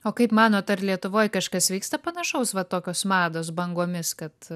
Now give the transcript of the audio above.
o kaip manot ar lietuvoj kažkas vyksta panašaus va tokios mados bangomis kad